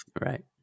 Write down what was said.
Right